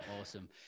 Awesome